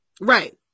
right